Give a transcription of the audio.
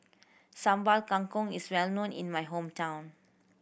Sambal Kangkong is well known in my hometown